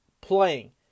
playing